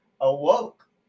awoke